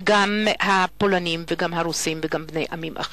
וגם הפולנים וגם הרוסים וגם בני עמים אחרים.